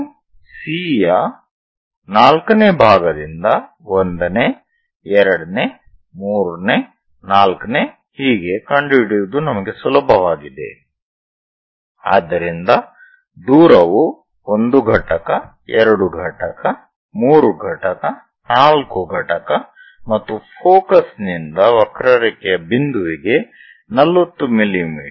V ಅನ್ನು C ಯ 4 ನೇ ಭಾಗದಿಂದ 1 ನೇ 2 ನೇ 3 ನೇ 4 ನೇ ಹೀಗೆ ಕಂಡುಹಿಡಿಯುವುದು ನಮಗೆ ಸುಲಭವಾಗಿದೆ ಆದ್ದರಿಂದ ದೂರವು 1 ಘಟಕ 2 ಘಟಕ 3 ಘಟಕ 4 ಘಟಕ ಮತ್ತು ಫೋಕಸ್ ನಿಂದ ವಕ್ರರೇಖೆಯ ಬಿಂದುವಿಗೆ 40 ಮಿಮೀ